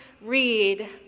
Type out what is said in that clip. Read